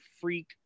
freak